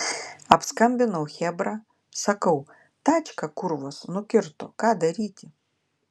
apskambinau chebra sakau tačką kurvos nukirto ką daryti